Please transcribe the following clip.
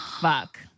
fuck